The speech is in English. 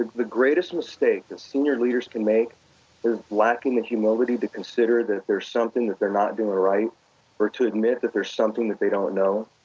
the greatest mistake that senior leaders can make is lacking the humility to consider that there's something that they're not doing right or to admit that there's something that they don't know.